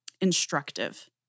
instructive